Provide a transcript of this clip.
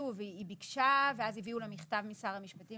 יושבת הראש הקודמת ביקשה ואז הביאו לה מכתב משר המשפטים